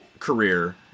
career